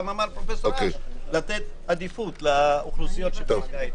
אמר פרופ' אש לתת עדיפות לאוכלוסיות שבסיכון.